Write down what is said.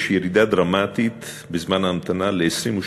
יש ירידה דרמטית בזמן ההמתנה ל-22 דקות.